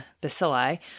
bacilli